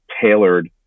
tailored